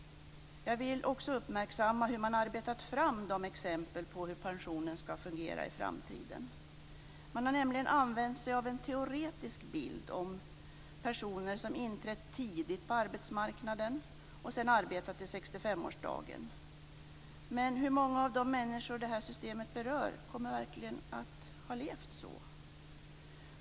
Jag vill också uppmärksamma hur man arbetat fram exemplen på hur pensionen skall fungera i framtiden. Man har nämligen använt sig av en teoretisk bild av personer som inträtt tidigt på arbetsmarknaden och sedan arbetat till 65-årsdagen. Men hur många av de människor detta system berör kommer verkligen att ha levt så?